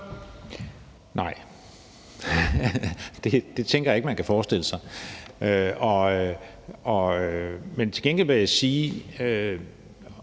Nej. Det tænker jeg ikke man kan forestille sig. Men til gengæld vil jeg også